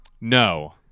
no